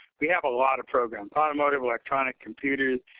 we have a lot of programs, automotive, electronic, computers.